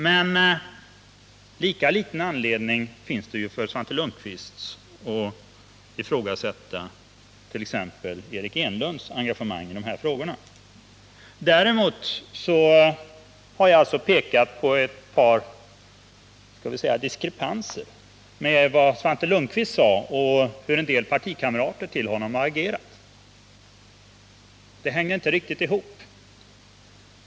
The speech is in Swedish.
Men lika liten anledning finns det för Svante Lundkvist att ifrågasätta t.ex. Eric Enlunds engagemang i de här frågorna. Jag har pekat på ett par diskrepanser mellan vad Svante Lundkvist sagt och hur en del partikamrater till honom agerat. Det hänger inte riktigt ihop.